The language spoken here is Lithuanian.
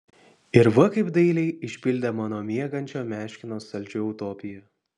ir va kaip dailiai išpildė mano miegančio meškino saldžią utopiją